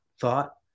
thought